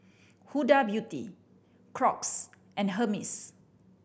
Huda Beauty Crocs and Hermes